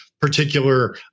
particular